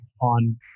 on